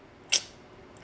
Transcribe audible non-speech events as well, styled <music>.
<noise>